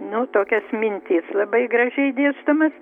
nu tokias mintis labai gražiai dėstomas